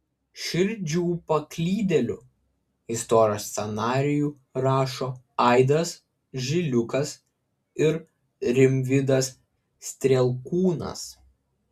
širdžių paklydėlių istorijos scenarijų rašo aidas žiliukas ir rimvydas strielkūnas